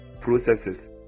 processes